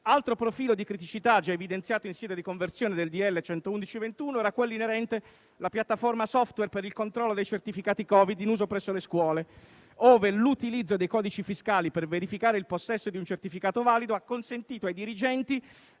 altro profilo di criticità, già evidenziato in sede di conversione del decreto-legge n. 111 del 2021, era quello inerente la piattafonna *software* per il controllo dei certificati Covid in uso presso le scuole, ove l'utilizzo dei codici fiscali per verificare il possesso di un certificato valido ha consentito ai dirigenti